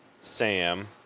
Sam